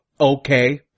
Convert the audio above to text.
okay